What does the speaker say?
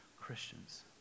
Christians